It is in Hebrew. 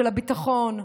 של הביטחון,